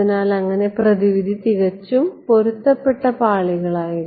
അതിനാൽ അങ്ങനെ പ്രതിവിധി തികച്ചും പൊരുത്തപ്പെട്ട പാളികളായിരുന്നു